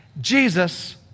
jesus